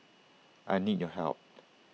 I need your help